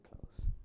close